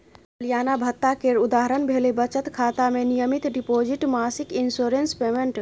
सलियाना भत्ता केर उदाहरण भेलै बचत खाता मे नियमित डिपोजिट, मासिक इंश्योरेंस पेमेंट